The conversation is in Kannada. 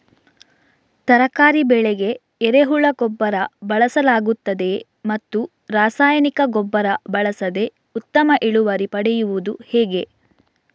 ತರಕಾರಿ ಬೆಳೆಗೆ ಎರೆಹುಳ ಗೊಬ್ಬರ ಬಳಸಲಾಗುತ್ತದೆಯೇ ಮತ್ತು ರಾಸಾಯನಿಕ ಗೊಬ್ಬರ ಬಳಸದೆ ಉತ್ತಮ ಇಳುವರಿ ಪಡೆಯುವುದು ಹೇಗೆ?